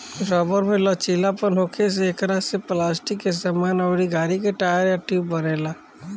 rubber में लचीलापन होखे से एकरा से पलास्टिक के सामान अउर गाड़ी के टायर आ ट्यूब बनेला